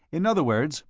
in other words,